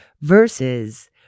versus